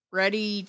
ready